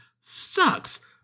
sucks